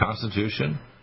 Constitution